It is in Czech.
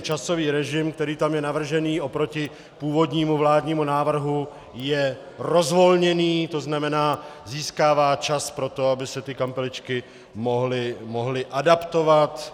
Časový režim, který tam je navržený oproti původnímu vládnímu návrhu, je rozvolněný, to znamená získává čas pro to, aby se kampeličky mohly adaptovat.